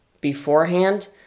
beforehand